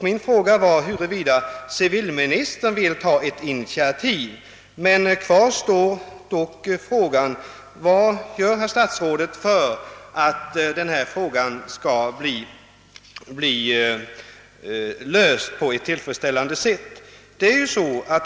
Min fråga var huruvida civilministern vill ta ett initiativ och min fråga står kvar: Vad gör statsrådet för att frågan skall bli löst på tillfredsställande sätt?